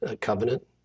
covenant